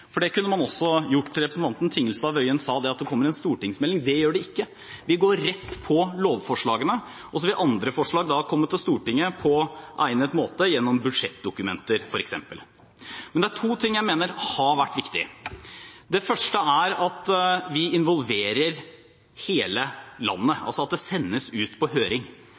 for det kunne man også gjort. Representanten Tingelstad Wøien sa at det kommer en stortingsmelding. Det gjør det ikke. Vi går rett på lovforslagene, og så vil andre forslag komme til Stortinget på egnet måte gjennom f.eks. budsjettdokumenter. Det er to ting jeg mener har vært viktig. Det første er at vi involverer hele landet, altså at forslagene sendes ut på høring.